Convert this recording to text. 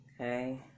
okay